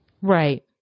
Right